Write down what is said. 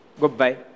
goodbye